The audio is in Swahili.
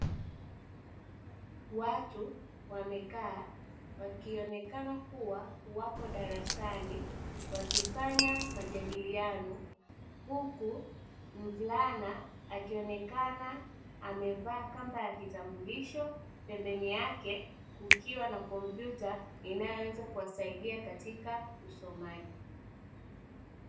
Watu wamekaa wakionekana kuwa wako darasani wakifanya majadiliano huku mvulana akionekana amevaa kamba ya kitambulisho, pembeni yake kukiwa na kompyuta inayoweza kuwasaidia katika usomaji.